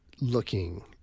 looking